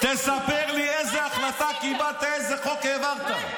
תספר לי איזה החלטה קיבלת, איזה חוק העברת.